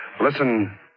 Listen